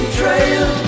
trail